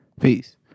peace